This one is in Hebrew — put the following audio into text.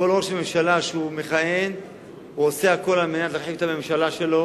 כל ראש ממשלה שמכהן עושה הכול על מנת להרחיב את הממשלה שלו